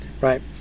right